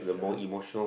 ya